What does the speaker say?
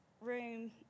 room